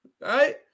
Right